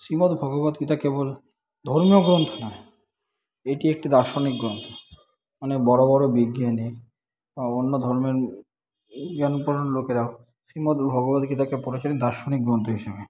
শ্রীমৎ ভগবদ্গীতা কেবল ধর্মগ্রন্থ নয় এটি একটি দার্শনিক গ্রন্থ অনেক বড় বড় বিজ্ঞানী বা অন্য ধর্মের এই জ্ঞান পরায়ণ লোকেরা শ্রীমৎ ভগবদ্গীতাকে বলেছেন দার্শনিক গ্রন্থ হিসাবে